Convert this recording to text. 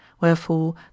wherefore